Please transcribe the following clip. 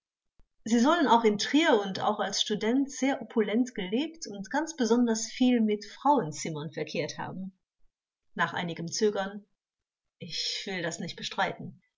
sie sollen auch in trier und auch als student sehr opulent gelebt und ganz besonders viel mit frauenzimmern verkehrt haben angekl nach einigem zögern ich will das nicht bestreiten